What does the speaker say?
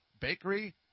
bakery